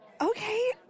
Okay